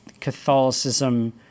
Catholicism